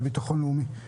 לביטחון לאומי.